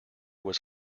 was